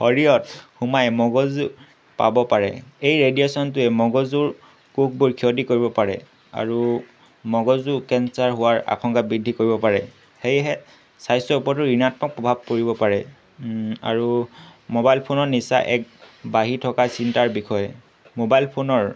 শৰীৰত সোমাই মগজু পাব পাৰে এই ৰেডিয়েশ্যনটোৱে মগজুুৰ কোষবোৰ ক্ষতি কৰিব পাৰে আৰু মগজু কেঞ্চাৰ হোৱাৰ আশংকা বৃদ্ধি কৰিব পাৰে সেয়েহে স্বাস্থ্যৰ ওপৰতো ঋণাত্মক প্ৰভাৱ পৰিব পাৰে আৰু মোবাইল ফোনৰ নিচা এক বাঢ়ি থকা চিন্তাৰ বিষয়ে মোবাইল ফোনৰ